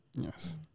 Yes